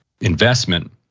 investment